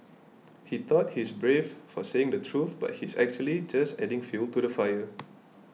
he thought he's brave for saying the truth but he's actually just adding fuel to the fire